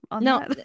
No